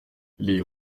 les